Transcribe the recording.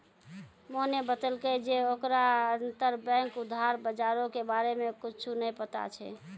मोहने बतैलकै जे ओकरा अंतरबैंक उधार बजारो के बारे मे कुछु नै पता छै